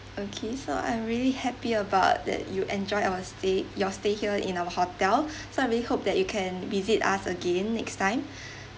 okay so I'm really happy about that you enjoyed our stay your stay here in our hotel so I really hope that you can visit us again next time